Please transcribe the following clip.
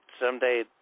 someday